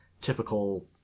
typical